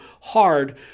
hard